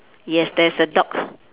yes there's a dog